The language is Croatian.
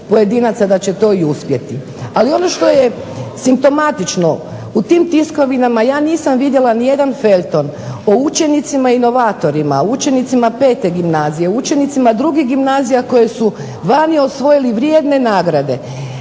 da će to i uspjeti. Ali ono što je simptomatično, u tim tiskovinama ja nisam vidjela nijedan feljton o učenicima inovatorima, učenicima V. gimnazije, učenicima II. gimnazije koji su lani osvojili vrijedne nagrade.